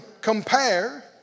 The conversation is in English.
compare